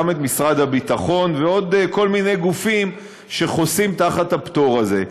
גם את משרד הביטחון ועוד כל מיני גופים שחוסים תחת הפטור הזה.